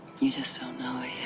you just don't know